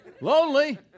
lonely